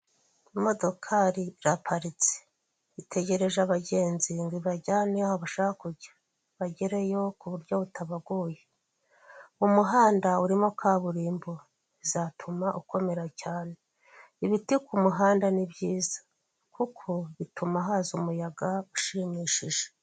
Imodokari iraparitse itegereje abagenzi ngo ibajyaneyo aho bashaka kujya bagereyo ku buryo butabagoye, umuhanda urimo kaburimbo bizatuma ukomera cyane ibiti ku muhanda ni byiza kuko bituma haza umuyaga ushimishije.